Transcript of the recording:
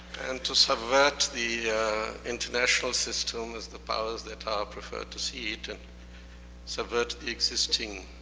and to subvert the international system, as the powers that are prefer to see it. and subvert the existing